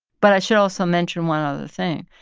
but i should also mention one other thing,